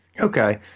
Okay